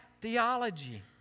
theology